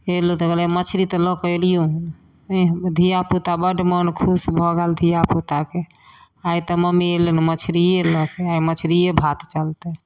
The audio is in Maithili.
एलहुॅं तऽ कहलियै मछरी तऽ लऽ के एलियौ हन एह धियापुता बड्ड मन खुश भऽ गेल धियापुताके आइ तऽ मम्मी अयलै हन मछरिये लऽ के आइ मछरिये भात चलतै